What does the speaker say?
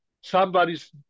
somebody's